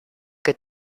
que